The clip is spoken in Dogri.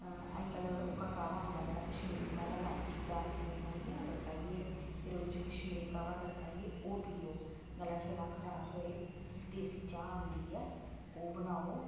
अज्जकल ओह्का काह्वा होंदा ऐ जेह्ड़ा कश्मीरी काह्वा लाची दालचीनी पाइयै नां गड़काइयै फेर ओह्दे च कश्मीरी काह्वा गड़काइयै ओह् पिओ गला छला खराब होऐ देसी चाह् आंदी ऐ ओह् बनाओ